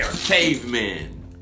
cavemen